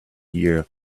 year